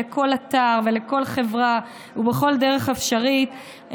בכל אתר ובכל חברה ובכל דרך אפשרית,